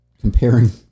comparing